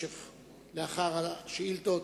לאחר השאילתות,